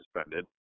suspended